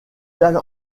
dalle